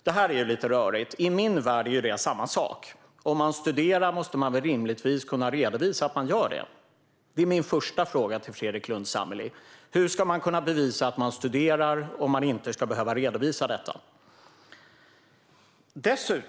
Det här är lite rörigt. I min värld är det samma sak - om man studerar måste man rimligtvis kunna redovisa att man gör det. Det är min första fråga till Fredrik Lundh Sammeli: Hur ska man kunna bevisa att man studerar om man inte ska behöva redovisa detta?